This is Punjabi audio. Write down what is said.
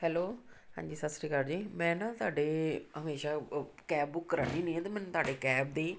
ਹੈਲੋ ਹਾਂਜੀ ਸਤਿ ਸ਼੍ਰੀ ਅਕਾਲ ਜੀ ਮੈਂ ਨਾ ਤੁਹਾਡੇ ਹਮੇਸ਼ਾ ਕੈਬ ਬੁੱਕ ਕਰਾਉਂਦੀ ਹੁੰਦੀ ਹਾਂ ਅਤੇ ਮੈਨੂੰ ਤੁਹਾਡੇ ਕੈਬ ਦੀ